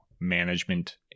management